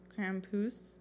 crampus